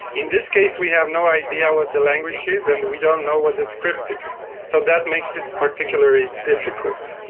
in this case we have no idea what the language is and we don't know what the script is, so that makes it particularly difficult.